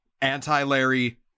Anti-Larry